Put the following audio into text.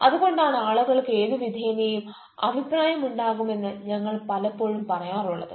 അതുകൊണ്ടാണ് ആളുകൾക്ക് ഏതുവിധേനയും അഭിപ്രായമുണ്ടാകുമെന്ന് ഞങ്ങൾ പലപ്പോഴും പറയാറുള്ളത്